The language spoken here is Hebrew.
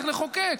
צריך לחוקק.